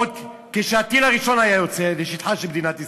עוד כשהטיל הראשון יצא לשטחה של מדינת ישראל.